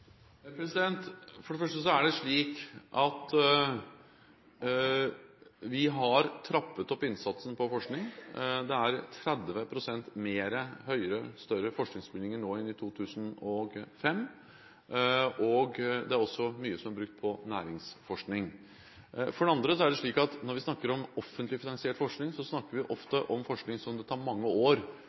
For det første har vi trappet opp innsatsen når det gjelder forskning. Det er 30 pst. mer – høyere, større – forskningsbevilgninger nå enn i 2005, og det er også mye som er brukt på næringsforskning. For det andre: Når vi snakker om offentlig finansiert forskning, snakker vi ofte om forskning som tar mange år,